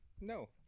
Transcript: No